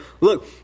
look